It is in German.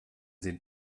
sie